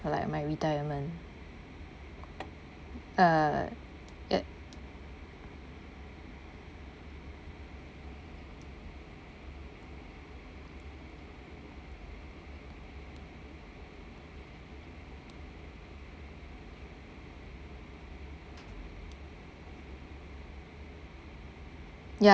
like my retirement uh at ya